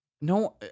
No